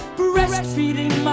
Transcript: breastfeeding